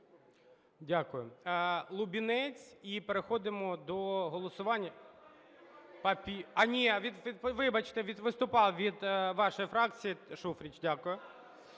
Дякую.